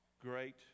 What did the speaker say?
great